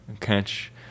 Catch